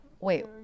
Wait